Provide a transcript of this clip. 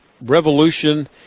revolution